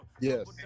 Yes